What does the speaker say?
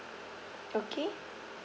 okay